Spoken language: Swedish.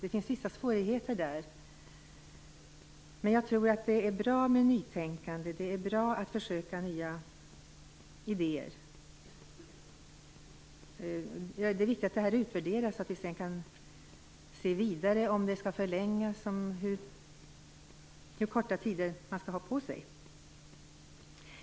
Det finns vissa svårigheter med detta. Men jag tror att nytänkande är bra, och det är bra att försöka med nya idéer. Det är viktigt att detta utvärderas så att vi sedan kan se vidare om det skall förlängas, och hur korta tider man skall ha på sig.